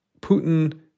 Putin